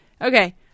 Okay